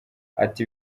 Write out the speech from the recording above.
ati